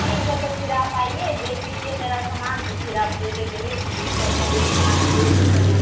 ठीक है तो फिर आप आइए देख लीजिए मेरा सामान तो फिर आप जो जो कहिए फिर उसका उसका लिस्ट बना के दे दीजिए हम आपका